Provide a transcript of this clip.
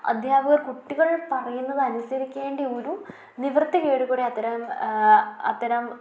അധ്യാപകർ കുട്ടികൾ പറയുന്നതനുസരിക്കേണ്ട ഒരു നിവൃത്തികേടുകൂടെ അത്തരം അത്തരം